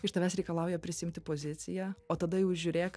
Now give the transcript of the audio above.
iš tavęs reikalauja prisiimti poziciją o tada jau žiūrėk